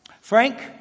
Frank